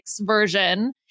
version